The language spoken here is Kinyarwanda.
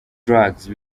drugs